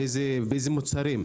באיזה מוצרים,